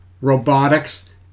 robotics